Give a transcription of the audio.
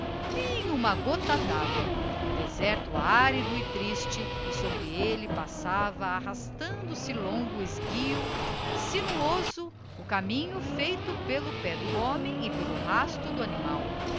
nem uma gotta d'agua o deserto árido e triste e sobre elle passava arrastando-se longo esguio sinuoso o caminho feito pelo pé do homem e pelo rasto do animal